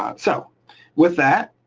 ah so with that,